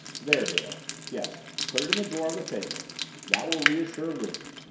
there, dale yes, put it in the drawer of the table that will reassure lizzie.